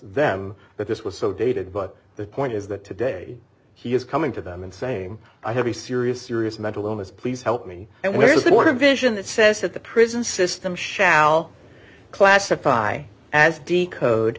them that this was so dated but the point is that today he is coming to them and same i have a serious serious mental illness please help me and where is the border vision that says that the prison system shall classify as d code